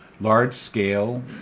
large-scale